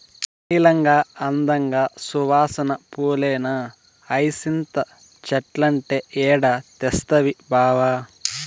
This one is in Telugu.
నీలంగా, అందంగా, సువాసన పూలేనా హైసింత చెట్లంటే ఏడ తెస్తవి బావా